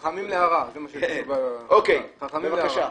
חוה ראובני, בבקשה.